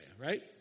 right